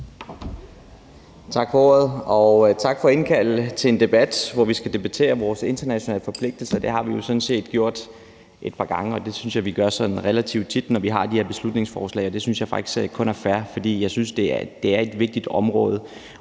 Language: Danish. Tak for ordet. Og tak for at indkalde til en debat, hvor vi skal debattere vores internationale forpligtelser. Det har vi jo sådan set gjort et par gange. Jeg synes, vi gør det sådan relativt tit i forbindelse med de her beslutningsforslag, og det synes jeg faktisk kun er fair, for jeg synes, det er et vigtigt område.